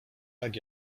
tak